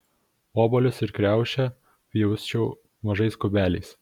obuolius ir kriaušę pjausčiau mažais kubeliais